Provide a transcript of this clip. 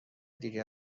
دیگه